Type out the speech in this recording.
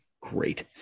great